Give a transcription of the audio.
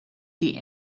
die